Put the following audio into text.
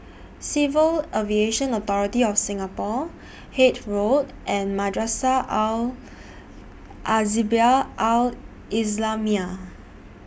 Civil Aviation Authority of Singapore Hythe Road and Madrasah Al Al Islamiah